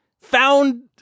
found